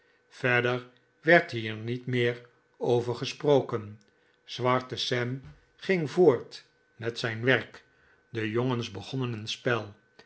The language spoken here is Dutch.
verder werd hier niet meer over gesproken zwarte sam ging voort met zijn werk de jongens begonnen een spel